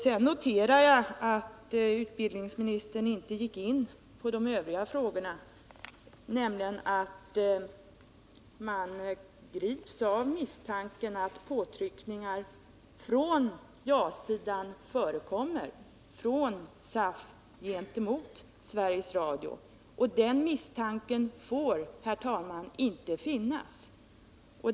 Sedan noterar jag att utbildningsministern inte gick in på de övriga frågorna. Man kan gripas av misstanken att påtryckningar till ja-sidans favör förekommer från SAF gentemot Sveriges Radio. Och den misstanken får, herr talman, inte finnas.